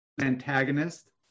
antagonist